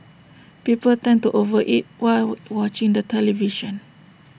people tend to over eat while war watching the television